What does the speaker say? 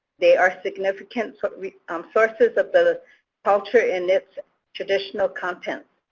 they are significant so um sources of the culture in its traditional content.